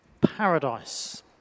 paradise